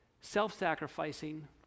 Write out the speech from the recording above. self-sacrificing